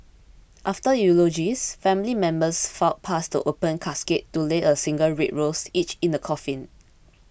after eulogies family members filed past the open casket to lay a single red rose each in the coffin